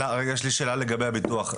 יש לי שאלה לגבי הביטוח.